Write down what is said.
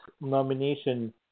nomination